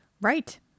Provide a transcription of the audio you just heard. Right